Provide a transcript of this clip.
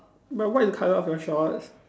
but what is the colour of your shorts